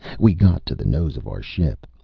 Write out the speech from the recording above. we got to the nose of our ship,